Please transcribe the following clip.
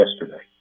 yesterday